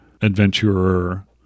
adventurer